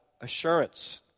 assurance